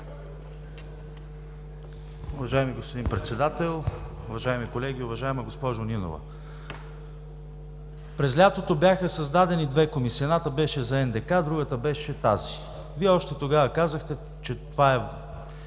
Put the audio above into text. Уважаеми господин Председател, уважаеми колеги, уважаема госпожо Нинова! През лятото бяха създадени две комисии. Едната беше за НДК, а другата беше тази. Вие още тогава казахте, че това е